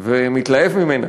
ומתלהב ממנה,